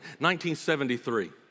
1973